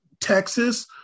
Texas